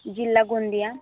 जिल्हा गोेदिंया